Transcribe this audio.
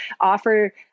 offer